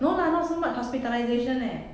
no lah not so much hospitalisation leh